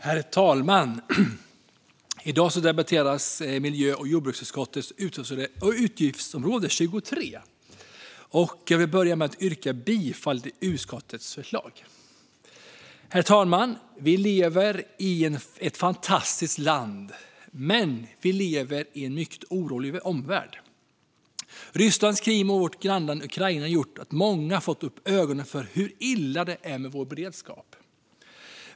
Herr talman! I dag debatteras miljö och jordbruksutskottets utgiftsområde 23. Jag vill börja med att yrka bifall till utskottets förslag. Herr talman! Vi lever i ett fantastiskt land. Men vi lever också med en mycket orolig omvärld. Rysslands krig mot vårt grannland Ukraina har gjort att många fått upp ögonen för hur illa det är med vår beredskap.